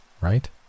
right